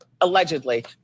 Allegedly